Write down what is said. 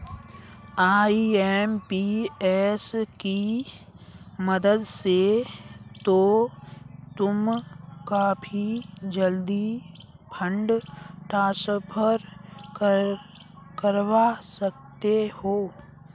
IMPS की मदद से तो तुम काफी जल्दी फंड ट्रांसफर करवा सकते हो